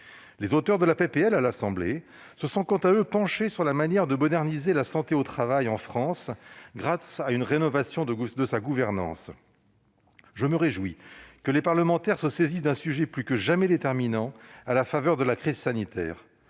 proposition de loi, à l'Assemblée nationale, se sont quant à eux penchés sur la manière de moderniser la santé au travail en France, la rénovation de sa gouvernance. Je me réjouis que les parlementaires se saisissent d'un sujet plus que jamais déterminant, à la faveur de la crise sanitaire.